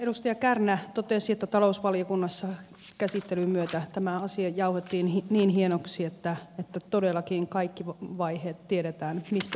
edustaja kärnä totesi että talousvaliokunnassa käsittelyn myötä tämä asia jauhettiin niin hienoksi että todellakin kaikki vaiheet tiedetään mistä tässä päätetään